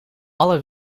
alle